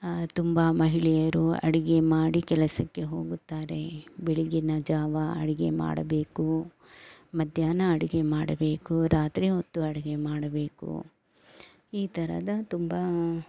ತುಂಬ ಮಹಿಳೆಯರು ಅಡಿಗೆ ಮಾಡಿ ಕೆಲಸಕ್ಕೆ ಹೋಗುತ್ತಾರೆ ಬೆಳಗಿನ ಜಾವ ಅಡಿಗೆ ಮಾಡಬೇಕು ಮಧ್ಯಾಹ್ನ ಅಡಿಗೆ ಮಾಡಬೇಕು ರಾತ್ರಿ ಹೊತ್ತು ಅಡಿಗೆ ಮಾಡಬೇಕು ಈ ಥರದ ತುಂಬ